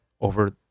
over